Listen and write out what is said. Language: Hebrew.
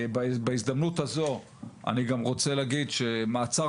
בהזדמנות הזאת אני גם רוצה להגיד שמעצר